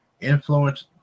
influence